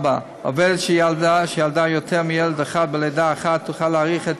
4. עובדת שילדה יותר מילד אחד בלידה אחת תוכל להאריך את